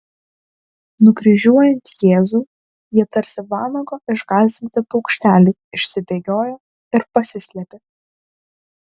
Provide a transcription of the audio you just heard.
nukryžiuojant jėzų jie tarsi vanago išgąsdinti paukšteliai išsibėgiojo ir pasislėpė